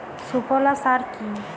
সুফলা সার কি?